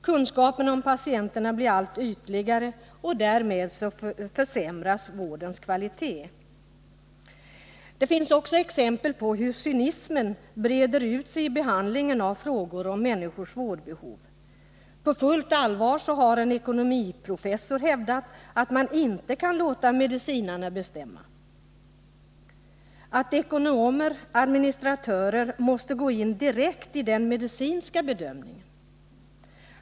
Kunskaperna om patienterna blir allt ytligare, och därmed försämras vårdens kvalitet. Det finns också exempel på hur cynismen breder ut sig vid behandlingen av människors vårdbehov. På fullt allvar har en ekonomiprofessor hävdat att maninte kan låta medicinarna bestämma utan att ekonomer-administratörer måste gå in direkt i den medicinska bedömningen.